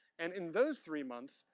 and in those three months,